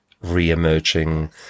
re-emerging